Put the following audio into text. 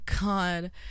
God